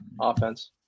offense